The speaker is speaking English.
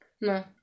No